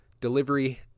delivery